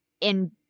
in-